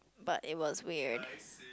but it was weird